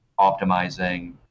optimizing